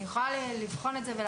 אני יכולה לבחון את זה.